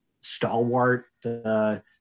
stalwart